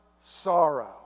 sorrow